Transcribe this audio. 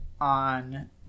on